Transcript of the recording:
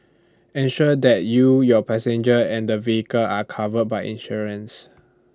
ensure that you your passengers and the vehicle are covered by insurance